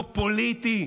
הכול פה פוליטי.